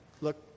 look